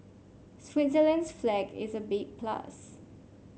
Switzerland's flag is a big plus